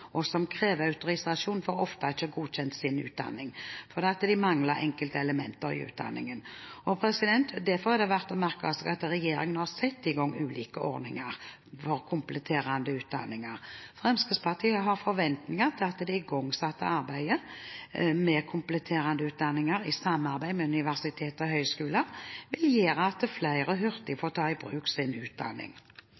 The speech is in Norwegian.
og EØS-området, og som krever autorisasjon, får ofte ikke godkjent sin utdanning fordi de mangler enkelte elementer i utdanningen. Derfor er det verdt å merke seg at regjeringen har satt i gang ulike ordninger for kompletterende utdanning. Fremskrittspartiet har forventninger til at det igangsatte arbeidet med kompletterende utdanninger i samarbeid med universiteter og høyskoler vil gjøre at flere hurtig